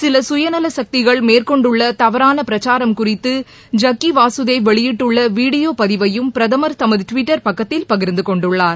சில குயநல கக்திகள் மேற்கொண்டுள்ள தவறாள பிரச்சாரம் குறித்து ஜக்கி வாசுதேவ் வெளியிட்டுள்ள வீடியோ பதிவையும் பிரதமர் தமது டுவிட்டர் பக்கத்தில் பகிர்ந்து கொண்டுள்ளார்